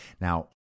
Now